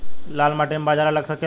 लाल माटी मे बाजरा लग सकेला?